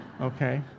okay